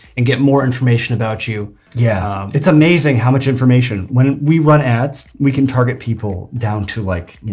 and get more information about you. yeah it's amazing how much information, when we run ads we can target people down to like you